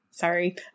Sorry